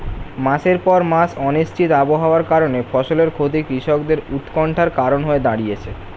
মাসের পর মাস অনিশ্চিত আবহাওয়ার কারণে ফসলের ক্ষতি কৃষকদের উৎকন্ঠার কারণ হয়ে দাঁড়িয়েছে